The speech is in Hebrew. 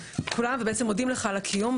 ומודים לך על הקיום,